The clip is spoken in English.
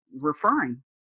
referring